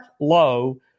low